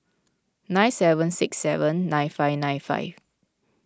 nine seven six seven nine five nine five